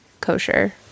kosher